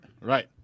Right